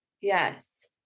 Yes